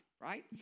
right